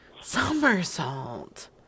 Somersault